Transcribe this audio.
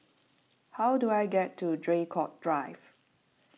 how do I get to Draycott Drive